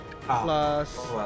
Plus